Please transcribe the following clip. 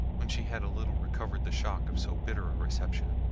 when she had a little recovered the shock of so bitter a reception,